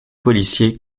policier